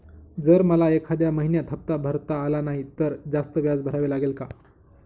जर मला एखाद्या महिन्यात हफ्ता भरता आला नाही तर जास्त व्याज भरावे लागेल का?